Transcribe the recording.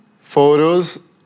photos